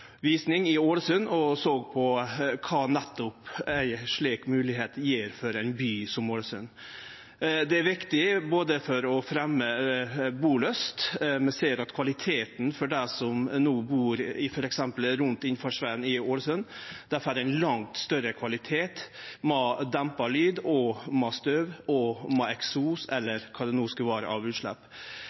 visning i Ålesund, og såg på nettopp kva ei slik moglegheit gjev for ein by som Ålesund. Det er viktig for å fremje bolyst. Me ser det på kvaliteten for dei som no bor f.eks. rundt innfartsvegen i Ålesund: Dei får ein langt større kvalitet, om det så gjeld dempa lyd, støv, eksos eller kva det no skulle vere av utslepp.